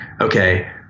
okay